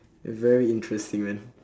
it's very interesting man